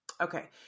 Okay